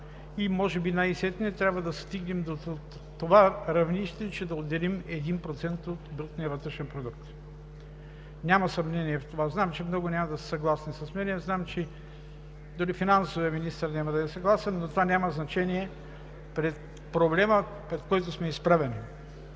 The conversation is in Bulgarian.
и може би най-сетне трябва да стигнем до това равнище, че да отделим 1% от брутния вътрешен продукт. Няма съмнение в това. Знам, че много няма да са съгласни и дали финансовият министър няма да е съгласен с мен, но това няма значение за проблема, пред който сме изправени.